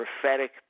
prophetic